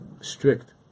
strict